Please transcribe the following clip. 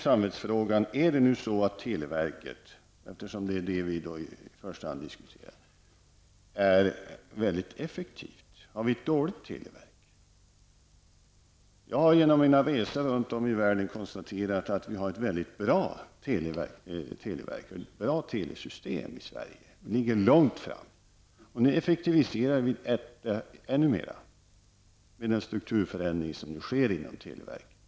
Samvetsfrågan blir då: Är televerket effektivt? Har vi ett dåligt televerk? Jag har vid mina resor runt om i världen kunnat konstatera att vi i Sverige har ett bra televerk och ett bra telesystem. Vi ligger långt fram, och nu effektiviserar vi ännu mer genom den strukturförändring som sker inom televerket.